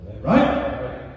Right